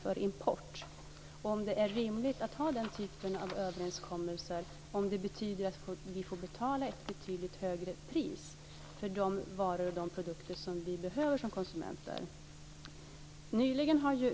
Är det rimligt att ha denna typ av överenskommelser, om de betyder att vi får betala ett betydligt högre pris för de produkter som vi som konsumenter behöver?